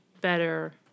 better